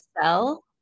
sell